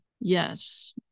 Yes